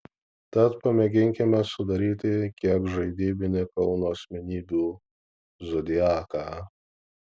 tad pamėginkime sudaryti kiek žaidybinį kauno asmenybių zodiaką